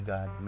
God